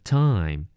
time